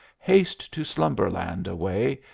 haste to slumberland away,